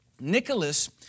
Nicholas